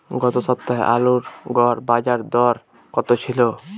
গত সপ্তাহে আলুর গড় বাজারদর কত ছিল?